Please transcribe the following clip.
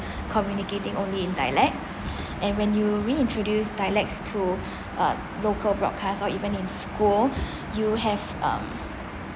communicating only in dialect and when you reintroduce dialects to uh local broadcast or even in school you have um